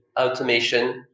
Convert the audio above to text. automation